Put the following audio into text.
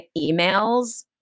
emails